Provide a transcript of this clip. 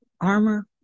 armor